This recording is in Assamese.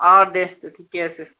অ দে তে ঠিকে আছে